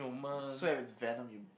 I swear it's venom